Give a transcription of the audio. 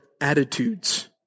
attitudes